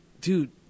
dude